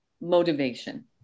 motivation